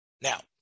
Now